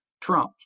Trump